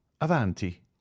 avanti